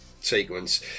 sequence